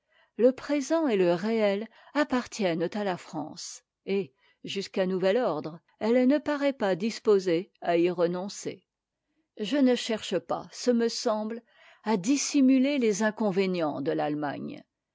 le présent et te rée appartiennent à la france et jusqu'à nouvel ordre elle ne paraît pas disposée à y renoncer je ne cherche pas ce me semble à dissimuler les inconvénients de l'allemagne